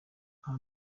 aha